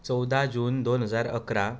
चवदा जून दोन हजार अकरा